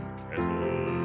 kettle